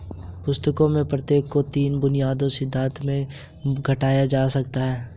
पुस्तकों में से प्रत्येक को तीन बुनियादी सिद्धांतों में घटाया जा सकता है